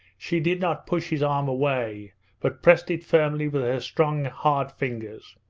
she did not push his arm away but pressed it firmly with her strong hard fingers.